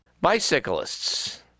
Bicyclists